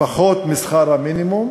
פחות משכר המינימום,